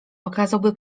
okazałby